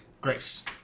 Grace